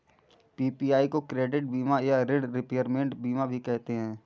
PPI को credit बीमा या ॠण रिपेयरमेंट बीमा भी कहते हैं